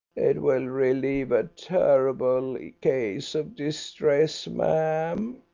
it will relieve a terrible case of distress ma'am.